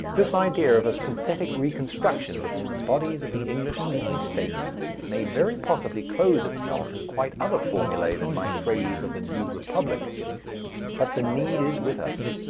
this idea of a synthetic reconstruction within the bodies of the english-speaking states may very possibly clothe itself in quite other formulae than my phrase of the new republic but the need is with us,